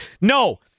No